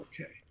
okay